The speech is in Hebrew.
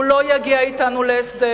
הוא לא יגיע אתנו להסדר.